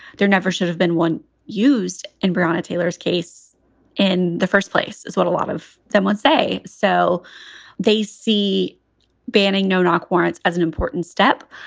there never should have been one used. and bronagh taylor's case in the first place is what a lot of them would say. so they see banning no knock warrants as an important step.